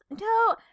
no